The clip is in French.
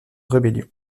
rébellion